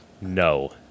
No